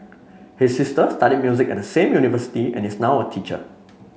his sister studied music at the same university and is now a teacher